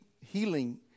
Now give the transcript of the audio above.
healing